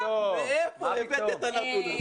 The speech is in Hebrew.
מאיפה הבאת את הנתון הזה?